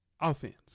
Offense